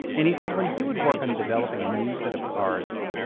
and he says when he would work on developing a new set of cards,